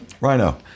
Rhino